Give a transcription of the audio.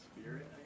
Spirit